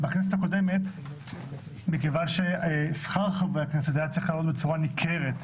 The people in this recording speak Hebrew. בכנסת הקודמת שכר חברי הכנסת היה צריך לעלות בצורה ניכרת.